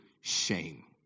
shame